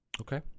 Okay